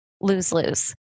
lose-lose